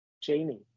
Jamie